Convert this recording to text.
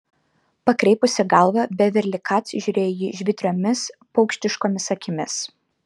pakreipusi galvą beverli kac žiūrėjo į jį žvitriomis paukštiškomis akimis